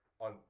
on